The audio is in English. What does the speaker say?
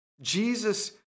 Jesus